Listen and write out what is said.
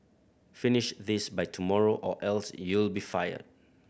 finish this by tomorrow or else you'll be fired